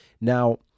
Now